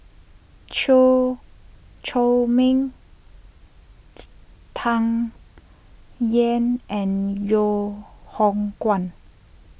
Chew Chor Meng Tsung Yeh and Loh Hoong Kwan